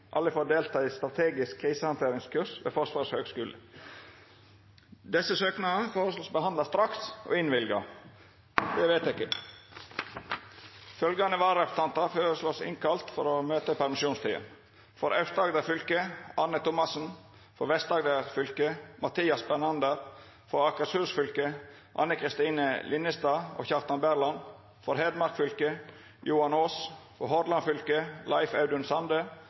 alle for å delta i strategisk krisehandteringskurs ved Forsvarets høgskole. Etter forslag frå presidenten vart samrøystes vedteke: Søknadene vert behandla straks og innvilga. Følgjande vararepresentantar vert innkalla for å møta i permisjonstida: For Aust-Agder fylke: Arne Thomassen For Vest-Agder fylke: Mathias Bernander For Akershus fylke: Anne Kristine Linnestad og Kjartan Berland For Hedmark fylke: Johan Aas For Hordaland fylke: Leif Audun Sande